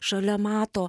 šalia mato